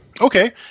Okay